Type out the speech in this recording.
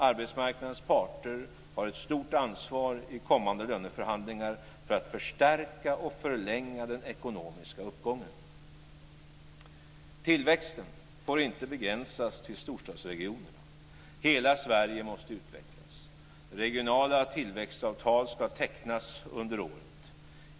Arbetsmarknadens parter har ett stort ansvar i kommande löneförhandlingar för att förstärka och förlänga den ekonomiska uppgången. Tillväxten får inte begränsas till storstadsregionerna. Hela Sverige måste utvecklas. Regionala tillväxtavtal ska tecknas under året.